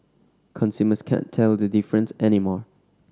consumers can't tell the difference anymore